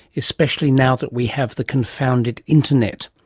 especially now that we have the confounded internet.